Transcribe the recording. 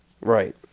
Right